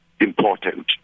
important